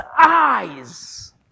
eyes